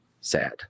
sad